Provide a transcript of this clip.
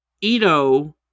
Ito